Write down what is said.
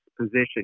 position